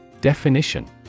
Definition